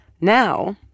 now